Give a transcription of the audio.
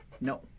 No